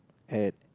at